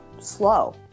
Slow